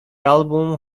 album